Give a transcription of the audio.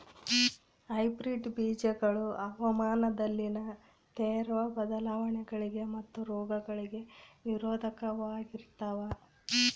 hybrid ಬೇಜಗಳು ಹವಾಮಾನದಲ್ಲಿನ ತೇವ್ರ ಬದಲಾವಣೆಗಳಿಗೆ ಮತ್ತು ರೋಗಗಳಿಗೆ ನಿರೋಧಕವಾಗಿರ್ತವ